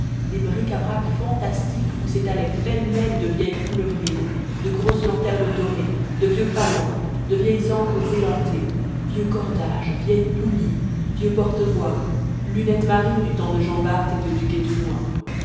des bric-à-brac fantastiques où s'étalaient pêle-mêle de vieilles coulevrines de grosses lanternes dorées de vieux palans de vieilles ancres édentées vieux cordages vieilles poulies vieux portevoix lunettes marines du temps de jean bart et de